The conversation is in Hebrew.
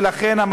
ולכן,